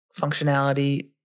functionality